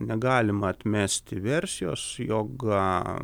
negalima atmesti versijos jog